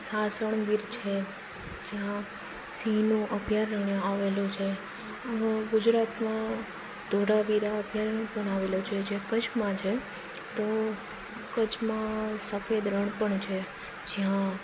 સાસણગીર છે જ્યાં સિહનું અભયારણ્ય આવેલું છે અને ગુજરાતમાં ધોળાવીરા અભ્યારણ્ય પણ આવેલું છે જે કચ્છમાં છે તો કચ્છમાં સફેદ રણ પણ છે જ્યાં